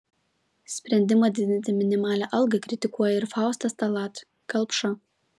sprendimą didinti minimalią algą kritikuoja ir faustas tallat kelpša